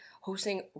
hosting